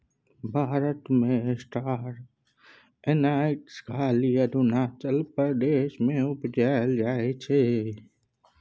भारत मे star anise खाली अरुणाचल प्रदेश मे उपजाएल जाइ छै